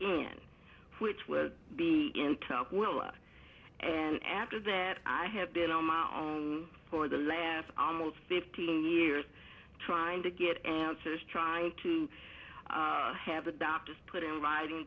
in which was be in top well and after that i have been on my own for the last almost fifteen years trying to get answers trying to have a doctor's put in writing